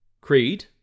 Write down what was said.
Creed